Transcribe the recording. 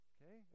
Okay